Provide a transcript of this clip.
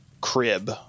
crib